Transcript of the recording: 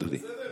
זה בסדר?